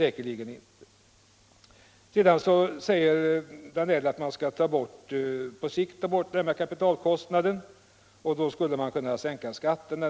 Herr Danell säger att man på sikt skall ta bort kapitalkostnaden för subventioner, och därigenom skulle man kunna sänka skatten.